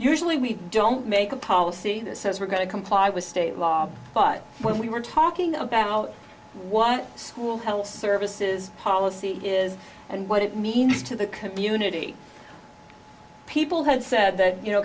usually we don't make a policy that says we're going to comply with state law but when we were talking about why school health services policy is and what it means to the community people had said that you know